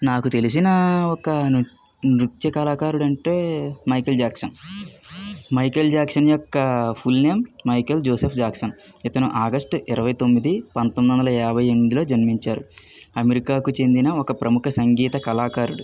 నాకు తెలిసిన ఒక నృత్య నృత్యకారులు అంటే మైకేల్ జాక్సన్ మైకల్ జాక్సన్ యొక్క full name Michael Joseph Jackson ఇతను ఆగస్టు ఇరవై తొమ్మిది పంతొమ్మిది వందల యాభై ఎనిమిది లో జన్మించారు అమెరికాకు చెందిన ఒక ప్రముఖ సంగీత కళాకారుడు